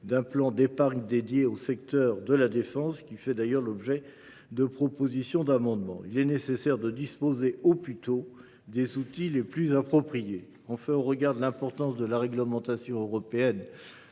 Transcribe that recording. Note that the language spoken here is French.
d’un plan d’épargne dédié au secteur de la défense, qui fait d’ailleurs l’objet amendements. Il est nécessaire de disposer au plus tôt des outils les plus appropriés. Enfin, au regard de l’importance de la réglementation européenne